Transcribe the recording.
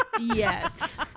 yes